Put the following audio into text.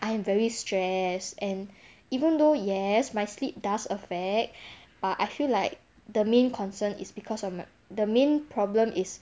I am very stress and even though yes my sleep does effect but I feel like the main concern is because of my the main problem is